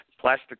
plastic